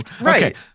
Right